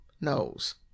knows